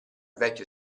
vecchio